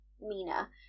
Mina